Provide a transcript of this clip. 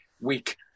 week